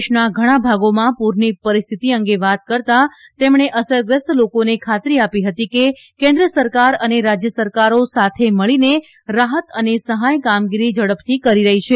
દેશના ઘણા ભાગોમાં પુરની પરિસ્થિતિ અંગે વાત કરતાં તેમણે અસરગ્રસ્ત લોકોને ખાતીર આપી હતી કે કેન્દ્ર સરકાર અને રાજય સરકારો સાથે મળીને રાહત અને સહાય કામગીરી ઝડપથી કરી રહી છે